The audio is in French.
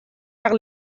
par